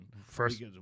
First